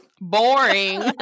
Boring